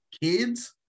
kids